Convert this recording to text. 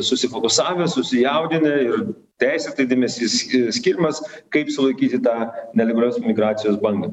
susifokusavę susijaudinę ir teisėtas dėmesys skiriamas kaip sulaikyti tą nelegalios migracijos bangą